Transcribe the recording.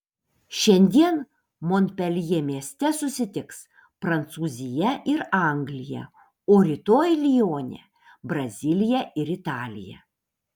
šiandien monpeljė mieste susitiks prancūzija ir anglija o rytoj lione brazilija ir italija